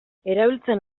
erabiltzen